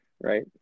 right